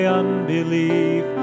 unbelief